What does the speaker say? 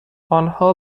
آنها